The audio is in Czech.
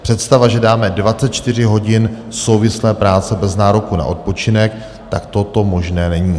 Představa, že dáme 24 hodin souvislé práce bez nároku na odpočinek, tak toto možné není.